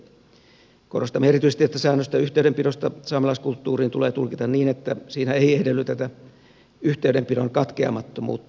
korostamme erityisesti että säännöstä yhteydenpidosta saamelaiskulttuuriin tulee tulkita niin että siinä ei edellytetä yhteydenpidon katkeamattomuutta